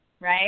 right